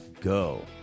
go